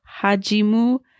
Hajimu